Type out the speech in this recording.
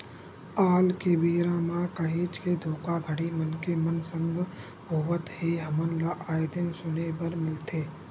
आल के बेरा म काहेच के धोखाघड़ी मनखे मन संग होवत हे हमन ल आय दिन सुने बर मिलथे